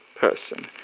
person